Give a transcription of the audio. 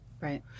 Right